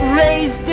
raise